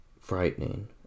frightening